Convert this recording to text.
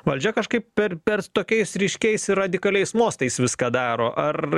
valdžia kažkaip per per tokiais ryškiais ir radikaliais mostais viską daro ar